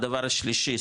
הדבר השלישי,